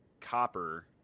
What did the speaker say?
copper